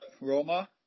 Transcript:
Roma